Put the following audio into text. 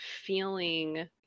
feeling